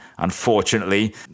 Unfortunately